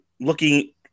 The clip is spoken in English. looking